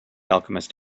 alchemist